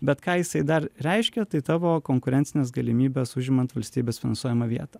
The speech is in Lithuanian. bet ką jisai dar reiškia tai tavo konkurencines galimybes užimant valstybės finansuojamą vietą